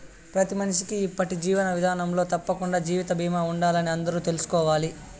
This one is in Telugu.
ప్రతి మనిషికీ ఇప్పటి జీవన విదానంలో తప్పకండా జీవిత బీమా ఉండాలని అందరూ తెల్సుకోవాలి